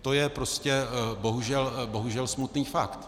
To je prostě bohužel smutný fakt.